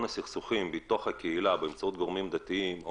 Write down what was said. הסכסוכים בתוך הקהילה באמצעות גורמים דתיים,